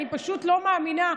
אני פשוט לא מאמינה.